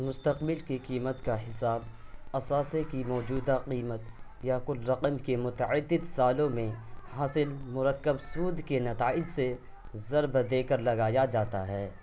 مستقبل کی قیمت کا حساب اثاثے کی موجودہ قیمت یا کل رقم کے متعدد سالوں میں حاصل مرکب سود کے نتائج سے ضرب دے کر لگایا جاتا ہے